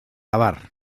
abar